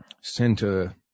Center